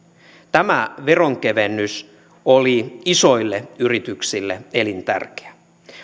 tämä veronkevennys oli isoille yrityksille elintärkeä